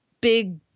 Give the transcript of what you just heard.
big